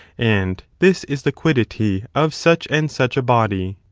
and this is the quiddity of such and such a body.